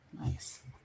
Nice